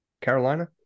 Carolina